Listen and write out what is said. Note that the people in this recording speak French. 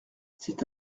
c’est